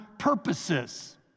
purposes